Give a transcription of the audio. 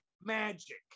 magic